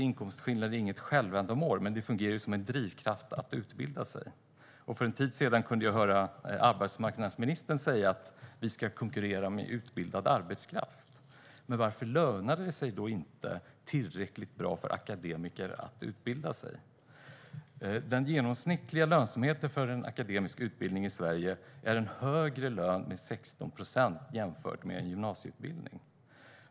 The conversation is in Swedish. Inkomstskillnader är givetvis inget självändamål, med de fungerar som en drivkraft för att utbilda sig. För en tid sedan kunde jag höra arbetsmarknadsministern säga att vi ska konkurrera med utbildad arbetskraft. Men varför lönar det sig då inte tillräckligt bra för akademiker att utbilda sig? Den genomsnittliga lönsamheten för akademisk utbildning i Sverige innebär en lön som är 16 procent högre jämfört med om man har gymnasieutbildning.